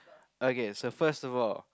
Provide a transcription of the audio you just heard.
okay so first of all